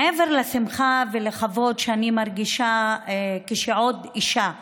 מעבר לשמחה ולכבוד שאני מרגישה כשעוד אישה ערבייה,